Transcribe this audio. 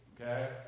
Okay